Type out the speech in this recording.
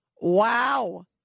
Wow